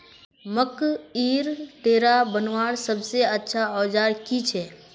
मकईर डेरा बनवार सबसे अच्छा औजार की छे?